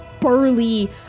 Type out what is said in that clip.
burly